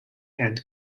and